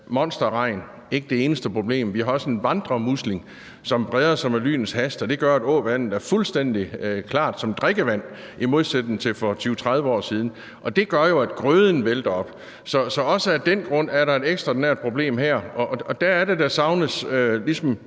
monsterregn ikke det eneste problem; vi har også en vandremusling, som breder sig med lynets hast, og det gør, at åvandet er fuldstændig klart som drikkevand i modsætning til for 20-30 år siden, og det gør jo, at grøden vælder op. Så også af den grund er der et ekstraordinært problem her, og der er det, at der savnes klarhed